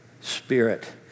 spirit